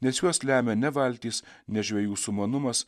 nes juos lemia ne valtys ne žvejų sumanumas